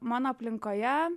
mano aplinkoje